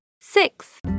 six